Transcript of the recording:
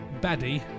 baddie